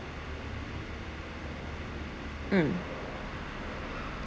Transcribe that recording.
mm